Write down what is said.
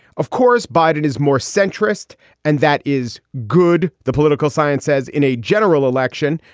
of course, biden is more centrist and that is good. the political science says in a general election,